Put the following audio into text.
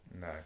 No